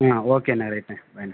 ம் ஓகேண்ணே ரைட்ண்ணே பாய்ண்ண